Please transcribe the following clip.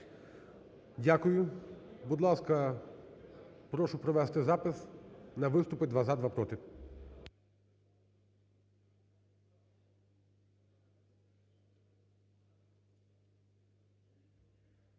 Дякую. Будь ласка, прошу провести запис на виступи два – за, два проти.